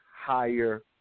higher